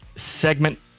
segment